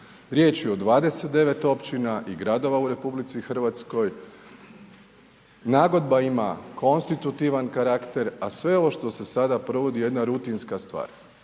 Riječ je o 29 općina i gradova u RH, nagodba ima konstitutivan karakter, a sve ovo što se sada provodi je jedna rutinska stvar.